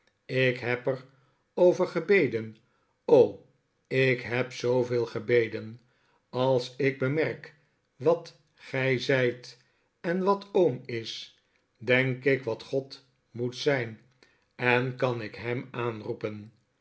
ik heb er over gebeden o ik heb zooveel gebeden als ik bemerk wat gij zijt en wat oom is denk ik wat god moet zijn en kan ik hem aanroepen